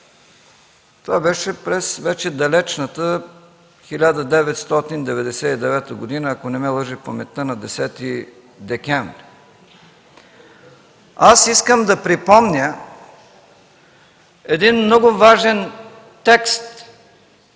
Това беше през далечната 1999 г., ако не ме лъже паметта, на 10 декември. Аз искам да припомня един много важен текст,